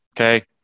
okay